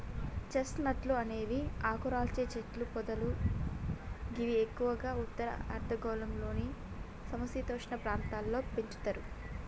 chest నట్లు అనేవి ఆకురాల్చే చెట్లు పొదలు గివి ఎక్కువగా ఉత్తర అర్ధగోళంలోని సమ శీతోష్ణ ప్రాంతాల్లో పెంచుతరు